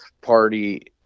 party